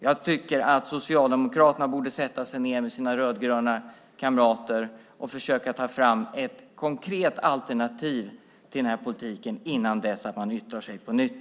Jag tycker att Socialdemokraterna borde sätta sig ned med sina rödgröna kamrater och försöka ta fram ett konkret alternativ till denna politik innan de yttrar sig på nytt.